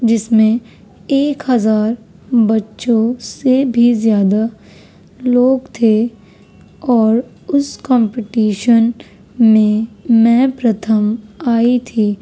جس میں ایک ہزار بچوں سے بھی زیادہ لوگ تھے اور اس کمپٹیشن میں میں پرتھم آئی تھی